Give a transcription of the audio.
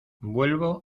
vuelvo